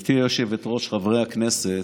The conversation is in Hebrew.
גברתי היושבת-ראש, חברי הכנסת,